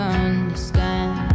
understand